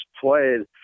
played